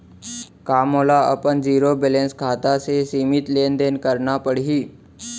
का मोला अपन जीरो बैलेंस खाता से सीमित लेनदेन करना पड़हि?